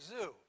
Zoo